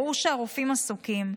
ברור שהרופאים עסוקים,